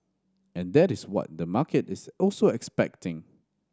and that is what the market is also expecting